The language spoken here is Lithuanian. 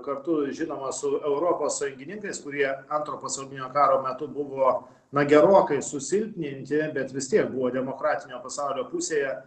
kartu žinoma su europos sąjungininkais kurie antro pasaulinio karo metu buvo na gerokai susilpninti bet vis tiek buvo demokratinio pasaulio pusėje